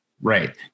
Right